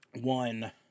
one